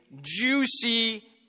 juicy